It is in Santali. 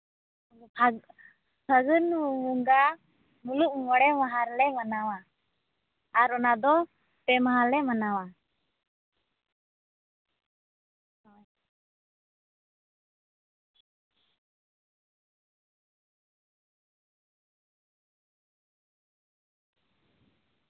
ᱯᱷᱟᱜᱽ ᱯᱷᱟᱹᱜᱩᱱ ᱵᱚᱸᱜᱟ ᱢᱩᱞᱩᱜ ᱢᱚᱬᱮ ᱢᱟᱦᱟ ᱨᱮᱞᱮ ᱢᱟᱱᱟᱣᱟ ᱟᱨ ᱚᱱᱟ ᱫᱚ ᱯᱮ ᱢᱟᱦᱟ ᱞᱮ ᱢᱟᱱᱟᱣᱟ